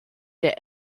der